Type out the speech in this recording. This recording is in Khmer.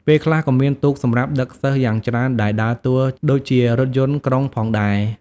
ពេលខ្លះក៏មានទូកសម្រាប់ដឹកសិស្សយ៉ាងច្រើនដែលដើរតួដូចជារថយន្តក្រុងផងដែរ។